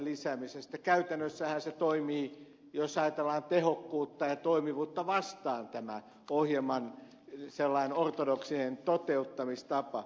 käytännössähän se toimii jos niin voidaan ajatella tehokkuutta ja toimivuutta vastaan tämä ohjelman ortodoksinen toteuttamistapa